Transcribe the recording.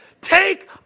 take